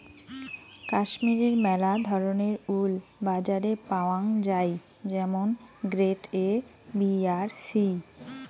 কাশ্মীরের মেলা ধরণের উল বাজারে পাওয়াঙ যাই যেমন গ্রেড এ, বি আর সি